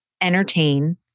entertain